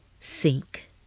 Sink